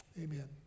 amen